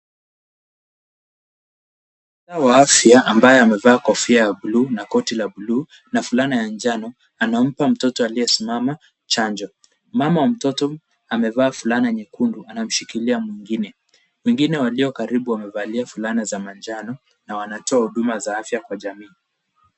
Afisa wa afya ambaye amevaa kofia la bluu na koti la bluu na fulana ya njano anampa mtoto aliyesimama chanjo, mama wa mtoto amevaa fulana nyekundu, anamshikilia mwingine, wengine walio karibu wamevalia fulana za manjano na wanatoa huduma za afya kwa jamii.